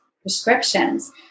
prescriptions